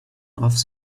off